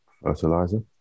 Fertilizer